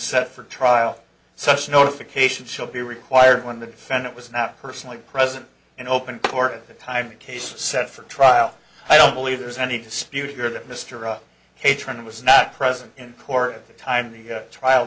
set for trial such notification shall be required when the defendant was not personally present in open court of the time the case set for trial i don't believe there's any dispute your that mr a patron was not present in court of the time the trial